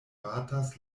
batas